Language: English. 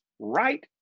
right